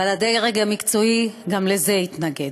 אבל הדרג המקצועי גם לזה התנגד.